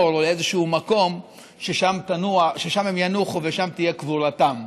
או לאיזה מקום ששם הם ינוחו ושם תהיה קבורתם.